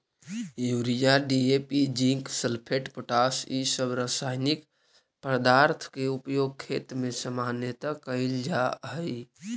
urea, DAP, zinc sulphate, potash इ सब रसायनिक पदार्थ के उपयोग खेत में सामान्यतः कईल जा हई